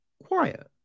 quiet